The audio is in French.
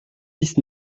dix